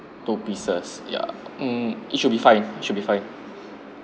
two pieces ya mm it should be it fine should be fine